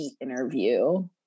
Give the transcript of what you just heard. interview